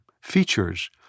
features